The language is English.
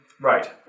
Right